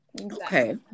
okay